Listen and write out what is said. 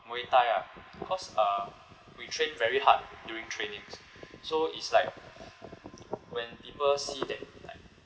muay thai lah cause uh we train very hard during trainings so it's like when people see that like